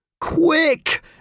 QUICK